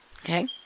Okay